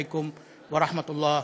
שלום עליכם ורחמי האל וברכותיו.)